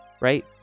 Right